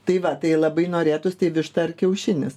tai va tai labai norėtųs tai višta ar kiaušinis